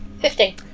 Fifteen